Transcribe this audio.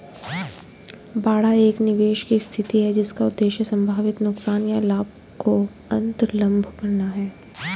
बाड़ा एक निवेश की स्थिति है जिसका उद्देश्य संभावित नुकसान या लाभ को अन्तर्लम्ब करना है